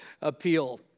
appeal